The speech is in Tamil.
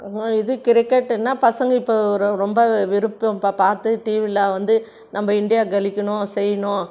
இது கிரிக்கெட்டுனால் பசங்கள் இப்போது ரொம்ப விருப்பம் பார்த்து டீவிலெலாம் வந்து நம்ம இந்தியா கெலிக்கணும் செய்யணும்